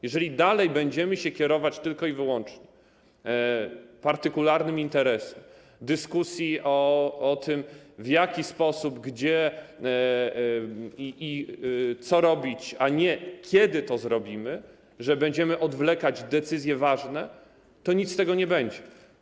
Jeżeli dalej będziemy się kierować tylko i wyłącznie partykularnym interesem w dyskusji o tym, w jaki sposób, gdzie i co robić, a nie kiedy to zrobić, jeżeli będziemy odwlekać ważne decyzje, to nic z tego nie będzie.